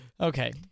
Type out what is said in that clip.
Okay